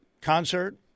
concert